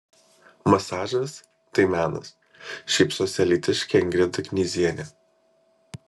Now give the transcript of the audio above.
masažas tai menas šypsosi alytiškė ingrida knyzienė